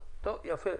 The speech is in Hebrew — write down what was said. הפרטי.